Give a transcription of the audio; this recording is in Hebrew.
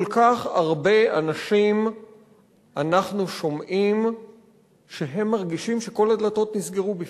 כל כך הרבה אנשים אנחנו שומעים שהם מרגישים שכל הדלתות נסגרו בפניהם.